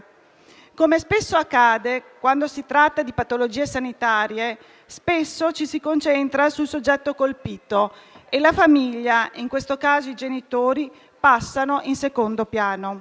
Come spesso accade quando si tratta di patologie sanitarie, ci si concentra sul soggetto colpito e la famiglia - in questo caso, i genitori - passa in secondo piano.